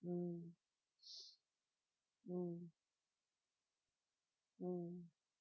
mm mm mm